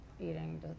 eating